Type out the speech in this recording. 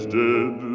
dead